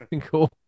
Cool